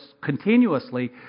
continuously